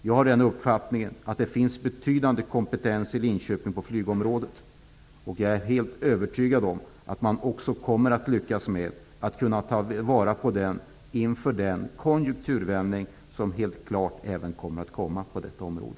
Jag har uppfattningen att det finns en betydande kompetens i Linköping på flygområdet, och jag är helt övertygad om att man också kommer att lyckas med att ta vara på den inför den konjunkturvändning som helt klart kommer även på detta område.